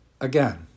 Again